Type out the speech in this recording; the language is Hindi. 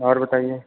और बताइए